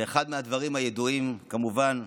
אחד מהדברים הידועים כמובן,